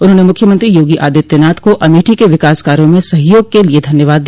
उन्होंने मुख्यमंत्री योगी आदित्यनाथ को अमेठी के विकास कार्यो में सहयोग के लिए धन्यवाद दिया